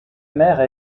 mère